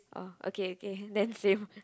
orh okay okay then same